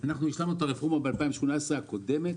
השלמנו את הרפורמה הקודמת ב-2018